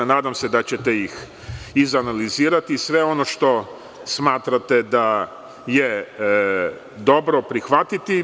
Nadam se da ćete ih izanalizirati i sve ono što smatrate da je dobro prihvatiti.